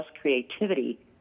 creativity